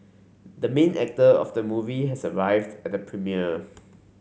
the main actor of the movie has arrived at the premiere